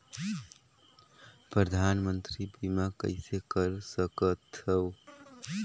परधानमंतरी बीमा कइसे कर सकथव?